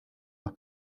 los